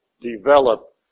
develop